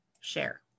Share